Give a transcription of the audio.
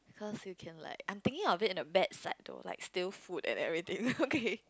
cause you can like I'm thinking of it in a bad side though like still food and everything okay